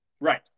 Right